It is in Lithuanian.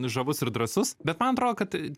žavus ir drąsus bet man atrodo kad